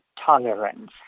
tolerance